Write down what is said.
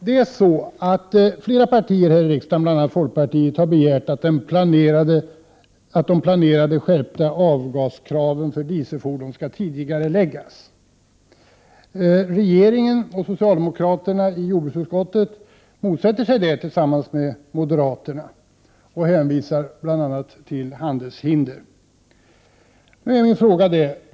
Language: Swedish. Folkpartiet m.fl. partier här i riksdagen har begärt att de planerade skärpta kraven för avgasutsläpp från dieseldrivna fordon skall tidigareläggas. Regeringen och socialdemokraterna i jordbruksutskottet motsätter sig detta tillsammans med moderaterna under hänvisning till bl.a. handelshinder.